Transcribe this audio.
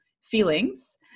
feelings